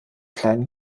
kleinen